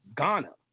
Ghana